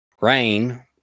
Rain